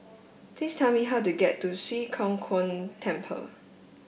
please tell me how to get to Swee Kow Kuan Temple